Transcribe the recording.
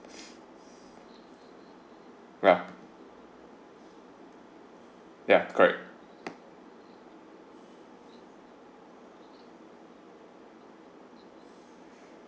ya ya correct